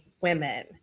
women